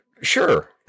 Sure